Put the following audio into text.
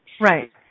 Right